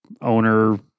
owner